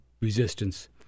resistance